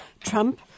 Trump